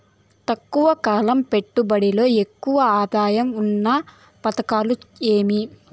తక్కువ కాలం పెట్టుబడిలో ఎక్కువగా ఆదాయం ఉన్న పథకాలు ఏమి?